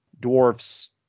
dwarfs